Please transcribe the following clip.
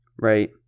Right